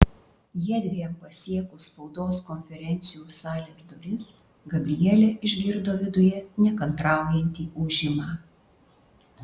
jiedviem pasiekus spaudos konferencijų salės duris gabrielė išgirdo viduje nekantraujantį ūžimą